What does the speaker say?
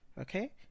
Okay